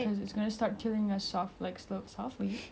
it's gonna kill us slowly